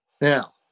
Now